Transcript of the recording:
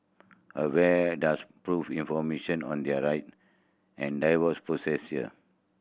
aware does prove information on their right and the divorce process here